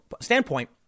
standpoint